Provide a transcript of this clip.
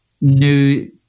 new